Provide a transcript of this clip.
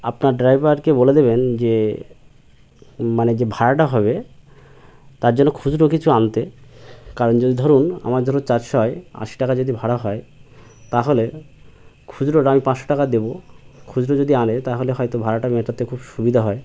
আপনার ড্রাইভারকে বলে দেবেন যে মানে যে ভাড়াটা হবে তার জন্য খুচরো কিছু আনতে কারণ যদি ধরুন আমার ধর চারশো আশি টাকা যদি ভাড়া হয় তা হলে খুচরোটা আমি পাঁচশো টাকা দেব খুচরো যদি আনে তা হলে হয়তো ভাড়াটা মেটাতে খুব সুবিধা হয়